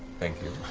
thank you.